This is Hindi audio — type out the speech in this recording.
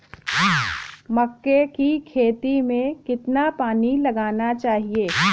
मक्के की खेती में कितना पानी लगाना चाहिए?